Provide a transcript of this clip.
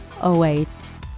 awaits